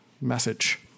message